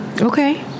Okay